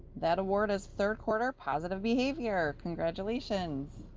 that award is third quarter positive behavior. congratulations.